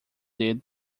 dedo